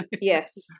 Yes